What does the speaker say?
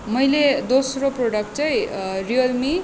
मैले दोस्रो प्रोडक्ट चाहिँ रियल मि